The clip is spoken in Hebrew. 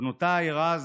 בנותיי, רז,